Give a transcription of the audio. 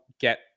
get